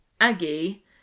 Aggie